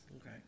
Okay